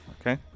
Okay